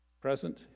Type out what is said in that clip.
present